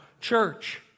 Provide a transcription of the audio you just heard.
church